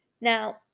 Now